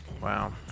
Wow